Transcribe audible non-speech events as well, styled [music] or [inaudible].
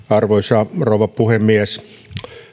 [unintelligible] arvoisa rouva puhemies